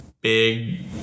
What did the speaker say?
big